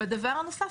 דבר נוסף,